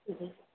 जी